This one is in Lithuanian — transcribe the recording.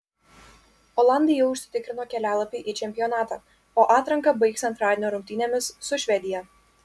olandai jau užsitikrino kelialapį į čempionatą o atranką baigs antradienio rungtynėmis su švedija